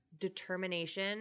determination